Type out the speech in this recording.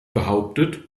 behauptet